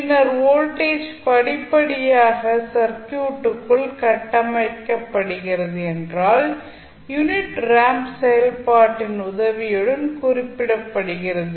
பின்னர் வோல்டேஜ் படிப்படியாக சர்க்யூட்டுக்குள் கட்டமைக்கப்படுகிறது என்றால் யூனிட் ரேம்ப் செயல்பாட்டின் உதவியுடன் குறிப்பிடப்படுகிறது